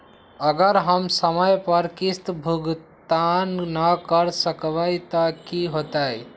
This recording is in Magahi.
अगर हम समय पर किस्त भुकतान न कर सकवै त की होतै?